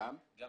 לא